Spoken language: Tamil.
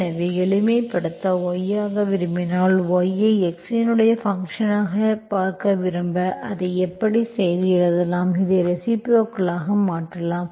எனவே எளிமைப்படுத்த y ஆக விரும்பினால் y ஐ x இன் ஃபங்க்ஷன் ஆக பார்க்க விரும்ப அதை எப்படி செய்து எழுதலாம் இதைத் ரெசிப்ரோக்கலாக மாற்றலாம்